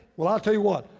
well, i'll tell you what,